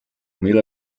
mil